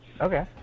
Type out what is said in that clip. Okay